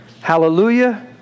Hallelujah